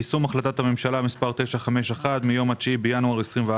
יישום החלטת הממשלה מספר 951 מיום ה-9 בינואר 2021,